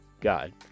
god